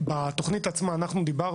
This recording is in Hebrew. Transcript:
החסם העיקרי